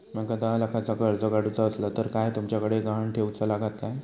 माका दहा लाखाचा कर्ज काढूचा असला तर काय तुमच्याकडे ग्हाण ठेवूचा लागात काय?